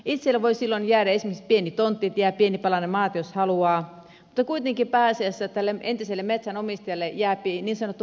itselle voi silloin jäädä esimerkiksi pieni tontti että jää pieni palanen maata jos haluaa mutta kuitenkin pääasiassa tälle entiselle metsänomistajalle jää niin sanottu haamutila